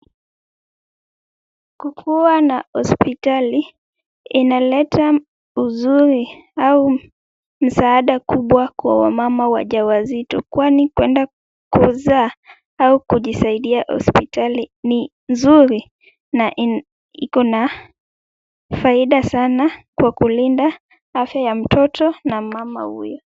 Kukuwa na hospitali inaleta uzuri au msaada kubwa kwa wamama wajawazito, kwani kuenda kuzaa au kujisaidia hospitali ni nzuri na iko na faida sana kwa kulinda afya ya mtoto na mama huyo.